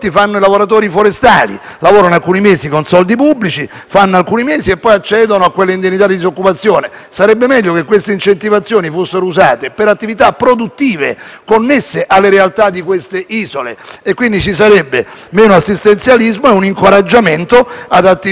sarebbe meglio che queste incentivazioni fossero usate per attività produttive connesse alle realtà di queste isole. Ci sarebbe così meno assistenzialismo e un incoraggiamento ad attività locate in questi